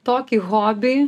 tokį hobį